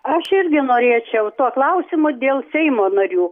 aš irgi norėčiau tuo klausimu dėl seimo narių